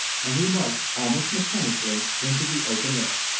and we marched, almost mechanically, into the open air.